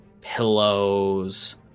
pillows